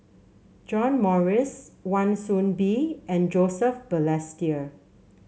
John Morrice Wan Soon Bee and Joseph Balestier